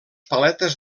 paletes